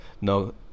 No